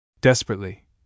Desperately